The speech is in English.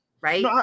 Right